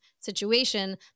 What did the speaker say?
situation